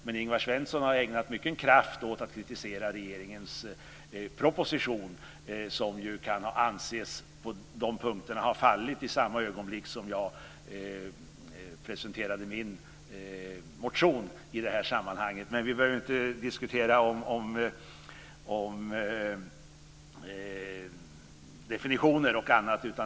Men Ingvar Svensson har ägnat mycken kraft åt att kritisera regeringens proposition som ju på de punkterna kan anses ha fallit i samma ögonblick som jag presenterade min motion. Men vi behöver inte diskutera definitioner och annat.